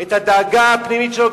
את הדאגה הפנימית שלו,